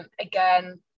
again